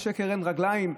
לשקר אין רגליים,